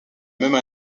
même